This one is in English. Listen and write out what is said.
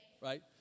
right